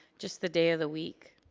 just the day of the week.